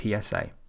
PSA